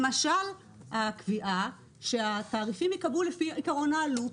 למשל הקביעה שהתעריפים ייקבעו לפי עיקרון העלות.